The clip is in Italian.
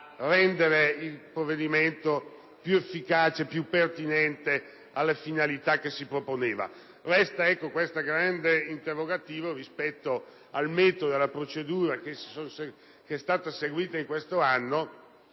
rendere il provvedimento più efficace e pertinente alle finalità che si proponeva. Resta il grande interrogativo rispetto al metodo e alla procedura seguiti in questo anno